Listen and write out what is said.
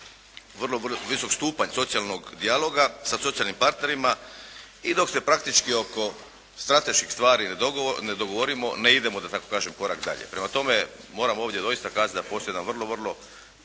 vrlo visok stupanj socijalnog dijaloga sa socijalnim partnerima i dok se praktički oko strateških stvari ne dogovorimo ne idemo da tako kažem korak dalje. Prema tome, moram ovdje doista kazati da postoji jedan vrlo visok